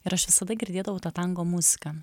ir aš visada girdėdavau tą tango muziką